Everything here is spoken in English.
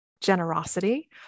generosity